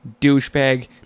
douchebag